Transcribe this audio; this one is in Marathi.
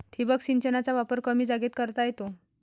ठिबक सिंचनाचा वापर कमी जागेत करता येतो